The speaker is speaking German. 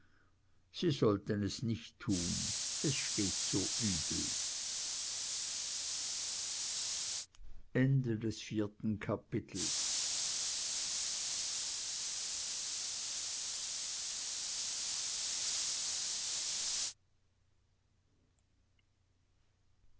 sie sollten es nicht tun es steht so übel fünftes kapitel